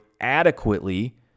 adequately